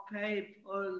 people